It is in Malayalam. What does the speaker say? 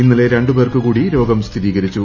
ഇന്നലെ രണ്ട് പേർക്ക് കൂടി രോഗം സ്ഥിരീകരിച്ചു